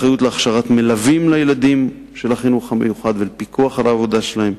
אחריות להכשרת מלווים לילדים של החינוך המיוחד ולפיקוח על העבודה שלהם,